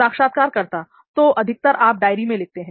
साक्षात्कारकर्ता तो अधिकतर आप डायरी में लिखते हैं